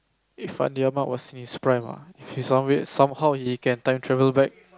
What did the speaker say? if Fandi-Ahmad was in his prime ah if he's some weird somehow he can time travel back